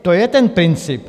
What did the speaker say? To je ten princip!